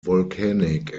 volcanic